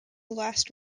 last